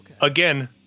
Again